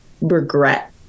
regret